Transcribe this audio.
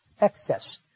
excess